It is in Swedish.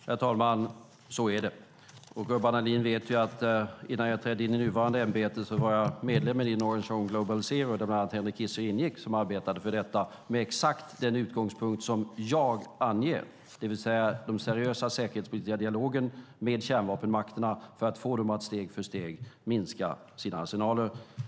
Herr talman! Så är det, och Urban Ahlin vet att jag, innan jag trädde in i mitt nuvarande ämbete, var medlem i den organisation, Global Zero, där bland annat Henry Kissinger ingick, som arbetade för detta med exakt den utgångspunkt som jag anger, det vill säga den seriösa säkerhetspolitiska dialogen med kärnvapenmakterna för att få dem att steg för steg minska sina arsenaler.